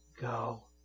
go